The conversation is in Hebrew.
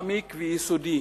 מעמיק ויסודי